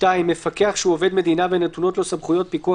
(2)מפקח שהוא עובד מדינה ונתונות לו סמכויות פיקוח